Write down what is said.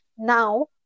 now